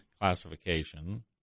classification